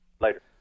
Later